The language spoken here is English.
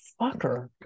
fucker